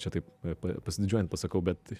čia taip pa pasididžiuojant pasakau bet